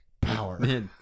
power